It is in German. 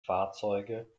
fahrzeuge